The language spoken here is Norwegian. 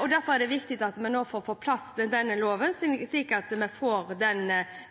og derfor er det viktig at vi nå får på plass den nye loven om